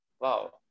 wow